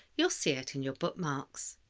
you'll see it in your bookmarks.